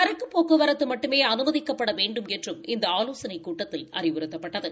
சரக்கு போக்குவரத்து மட்டுமே அனுமதிக்கப்பட வேண்டும் என்றும் இந்த ஆவோசனைக் கூட்டத்தில் அறிவுறுத்தப்பட்டது